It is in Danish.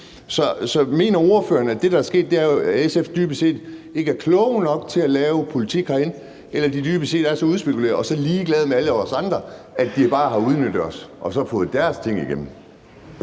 SF. Mener ordføreren, at det, der er sket, er, at de i SF dybest set ikke er kloge nok til at lave politik herinde, eller at de dybest set er så udspekulerede og ligeglade med alle os andre, at de bare har udnyttet os og så fået deres ting igennem?